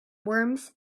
worms